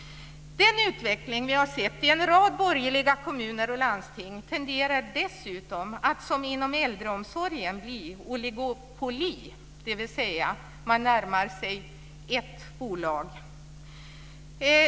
Den utveckling vi har sett i en rad borgerliga kommuner och landsting tenderar dessutom att som inom äldreomsorgen leda till oligopol, dvs. att man närmar sig ett bolag.